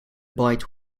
bite